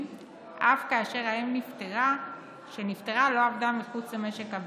אף כאשר האם שנפטרה לא עבדה מחוץ למשק הבית,